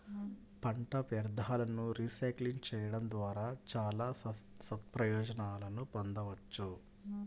పంట వ్యర్థాలను రీసైక్లింగ్ చేయడం ద్వారా చాలా సత్ప్రయోజనాలను పొందవచ్చు